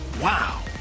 Wow